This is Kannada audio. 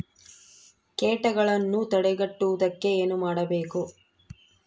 ಕೇಟಗಳನ್ನು ತಡೆಗಟ್ಟುವುದಕ್ಕೆ ಏನು ಮಾಡಬೇಕು?